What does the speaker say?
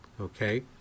Okay